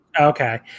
Okay